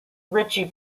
ritchie